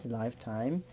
lifetime